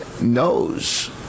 knows